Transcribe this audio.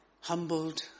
humbled